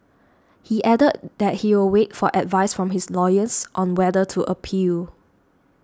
he added that he will wait for advice from his lawyers on whether to appeal